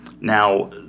Now